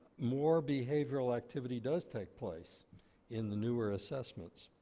more behavioral activity does take place in the newer assessments.